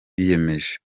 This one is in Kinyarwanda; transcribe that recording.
biyemeje